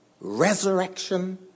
resurrection